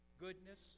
goodness